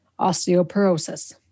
Osteoporosis